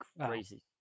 crazy